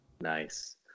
Nice